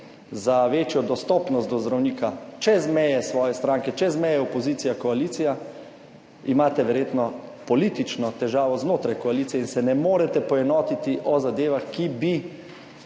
za večjo dostopnost do zdravnika čez meje svoje stranke, čez meje opozicija - koalicija, imate verjetno politično težavo znotraj koalicije in se ne morete poenotiti o zadevah, ki bi